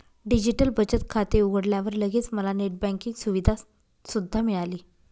digital बचत खाते उघडल्यावर लगेच मला नेट बँकिंग सुविधा सुद्धा मिळाली